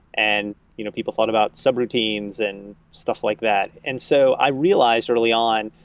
and you know people thought about subroutines and stuff like that. and so i realized early on,